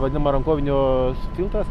vadinamą rankovinio s filtras